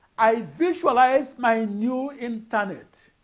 i visualized my new internet